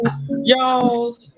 Y'all